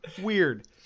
Weird